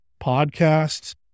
podcasts